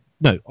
No